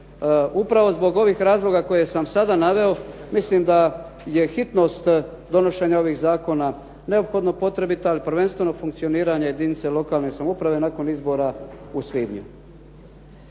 Upravo zbog ovih razloga koje sam sada naveo mislim da je hitnost donošenja ovih zakona neophodno potrebita ali prvenstveno funkcioniranje jedinica lokalne samouprave nakon izbora u svibnju.